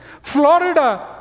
Florida